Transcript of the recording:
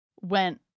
went